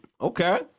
Okay